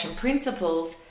principles